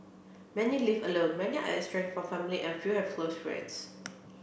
many live alone many are estranged from family and few have close friends